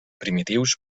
primitius